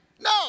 No